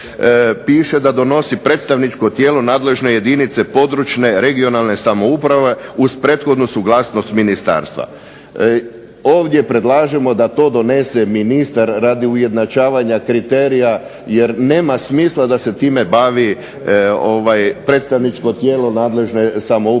da donosi predstavničko tijelo nadležne jedinice područne, regionalne samouprave uz prethodnu suglasnost ministarstva. Ovdje predlažemo da to donese ministar radi ujednačavanja kriterija jer nema smisla da se time bavi predstavničko tijelo nadležne samouprave.